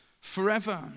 forever